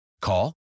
Call